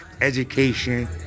education